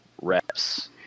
reps